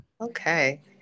Okay